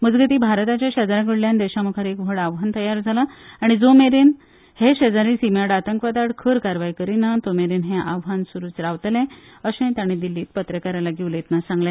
मजगती भारताच्या शेजाऱ्यांकडल्यान देशामुखार एक व्हड आव्हान तयार जाला आनी जोमेरन हो शेजारी सिमेआड आतंकवादाआड खर कारवाय करिना तोमेरेन हे आव्हान सुरुच रावतले अशेंय तांणी दिल्लीत पत्रकारांकडेन उलयतना सांगले